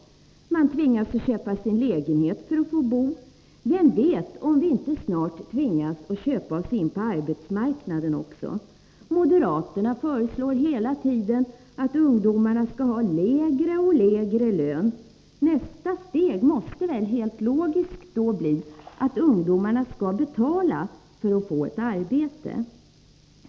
Man tvingas köpa sin lägenhet för att få bo. Vem vet om vi inte snart tvingas köpa in oss på Allmänpolitisk dearbetsmarknaden också. Moderaterna föreslår hela tiden att ungdomarna batt skall ha lägre och lägre lön. Nästa steg måste väl helt logiskt då bli att ungdomarna skall betala för att få ett arbete.